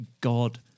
God